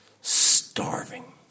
starving